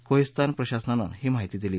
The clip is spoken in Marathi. कोहिस्तान प्रशासनानं ही माहिती दिली